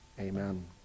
Amen